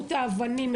את האבנים,